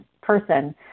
person